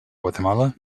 guatemala